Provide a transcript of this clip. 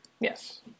Yes